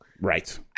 Right